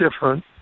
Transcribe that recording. different